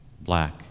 Black